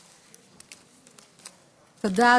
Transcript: תודה,